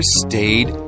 stayed